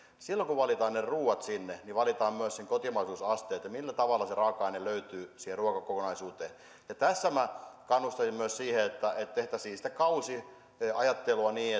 silloin kun valitaan ne ruuat sinne niin valitaan myös kotimaisuusasteet ja se millä tavalla se raaka aine löytyy siihen ruokakokonaisuuteen tässä minä kannustaisin myös siihen että tehtäisiin sitä kausiajattelua niin